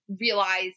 realize